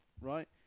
right